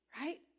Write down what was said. right